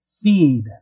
feed